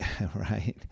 Right